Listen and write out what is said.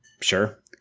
Sure